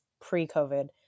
pre-COVID